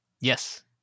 Yes